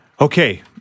Okay